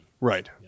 Right